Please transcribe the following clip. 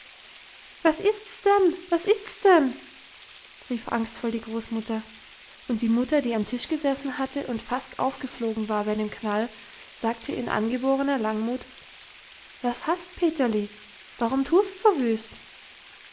was ist's denn was ist's denn rief angstvoll die großmutter und die mutter die am tisch gesessen hatte und fast aufgeflogen war bei dem knall sagte in angeborener langmut was hast peterli warum tust so wüst